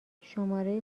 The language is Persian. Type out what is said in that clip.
شماره